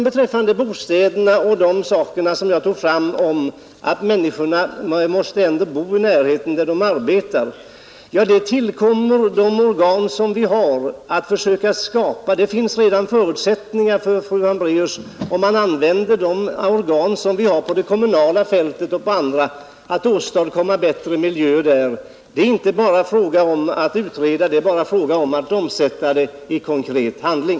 Beträffande bostäderna och det jag sade om att människorna ändå måste bo i närheten av de platser där de arbetar, så tillkommer det de organ som vi har att försöka skapa förutsättningar härför. Och det finns redan förutsättningar, fru Hambraeus, om man anlitar de organ som vi har på det kommunala fältet och på andra områden, för att åstadkomma bättre miljöer där. Det är inte fråga om att utreda — det är bara fråga om att omsätta det hela i konkret handling.